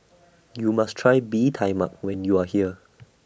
YOU must Try Bee Tai Mak when YOU Are here